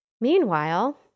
Meanwhile